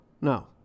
No